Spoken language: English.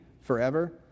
forever